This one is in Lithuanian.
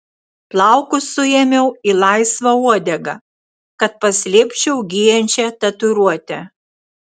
plaukus suėmiau į laisvą uodegą kad paslėpčiau gyjančią tatuiruotę